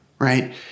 Right